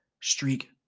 streak